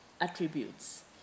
attributes